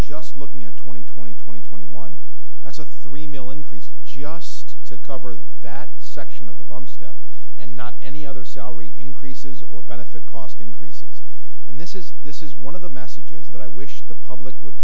just looking at twenty twenty twenty twenty one that's a three mil increase just to cover the vat section of the bom step and not any other salary increases or benefit cost increases and this is this is one of the messages that i wish the public would